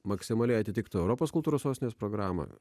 maksimaliai atitiktų europos kultūros sostinės programą